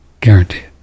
Guaranteed